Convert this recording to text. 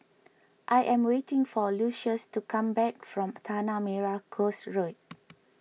I am waiting for Lucius to come back from Tanah Merah Coast Road